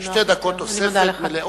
אז אני מקציב לך שתי דקות תוספת מלאות,